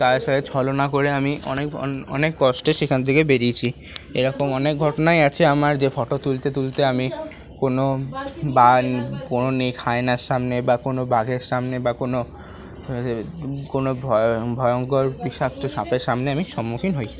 তাদের সাথে ছলনা করে আমি অনেক অনেক কষ্টে সেখান থেকে বেরিয়েছি এরকম অনেক ঘটনাই আছে আমার যে ফটো তুলতে তুলতে আমি কোনো বা কোনো হায়নার সামনে বা কোনো বাঘের সামনে বা কোনো কোনো ভয় ভয়ঙ্কর বিষাক্ত সাপের সামনে আমি সম্মুখীন হয়েছি